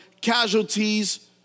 Casualties